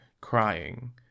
crying